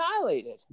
annihilated